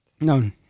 No